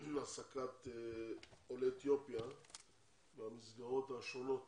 העסקת עולי אתיופיה במסגרות השונות